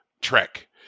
Trek